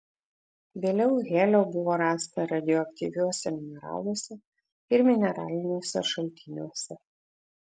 vėliau helio buvo rasta radioaktyviuose mineraluose ir mineraliniuose šaltiniuose